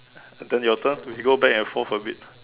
then your turn we go back and forth a bit